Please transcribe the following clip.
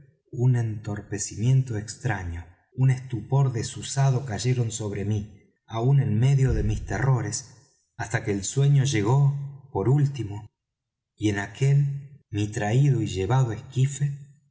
un entorpecimiento extraño un estupor desusado cayeron sobre mí aun en medio de mis terrores hasta que el sueño llegó por último y en aquel mi traído y llevado esquife